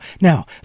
Now